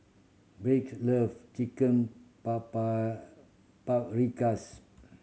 Brigid love Chicken Paprikas